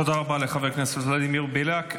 תודה רבה לחבר הכנסת ולדימיר בליאק.